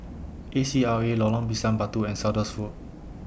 A C R A Lorong Pisang Batu and Saunders Road